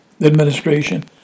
administration